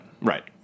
Right